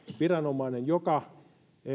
viranomainen joka